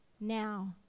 now